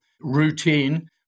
routine